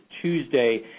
Tuesday